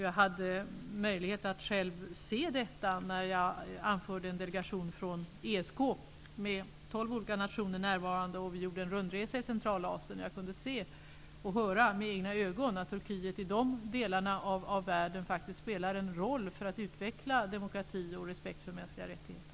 Jag hade möjlighet att själv se detta när jag anförde en delegation från ESK där 12 olika nationer var närvarande. Vi gjorde en rundresa i Centralasien, och jag kunde höra och se med egna ögon att Turkiet i de delarna av världen faktiskt spelar en roll för att utveckla demokrati och respekt för mänskliga rättigheter.